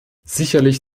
sicherlich